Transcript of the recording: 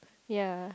ya